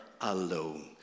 alone